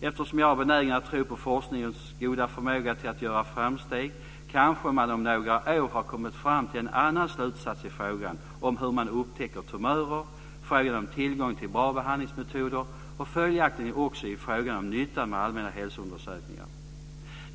Eftersom jag är benägen att tro på forskningens goda förmåga till att göra framsteg, kanske man om några år har kommit fram till en annan slutsats i frågan om hur man upptäcker tumörer, frågan om tillgången till bra behandlingsmetoder och följaktligen också i frågan om nyttan med allmänna hälsoundersökningar.